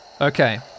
Okay